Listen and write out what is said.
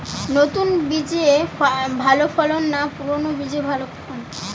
নতুন বীজে ভালো ফলন না পুরানো বীজে ভালো ফলন?